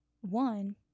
One